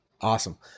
Awesome